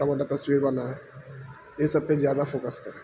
ا کووٹا تصویر بناائے یہ سب پہ زیادہ فوکس کریں